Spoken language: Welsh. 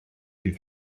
bydd